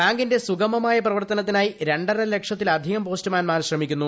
ബാങ്കിന്റെ സുഗമമായ പ്രവർത്തനത്തിനായി രണ്ടരലക്ഷത്തിലധികം പോസ്റ്റുമാൻമാർ ശ്രമിക്കുന്നു